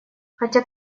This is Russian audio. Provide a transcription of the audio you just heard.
хотя